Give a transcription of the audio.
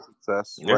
success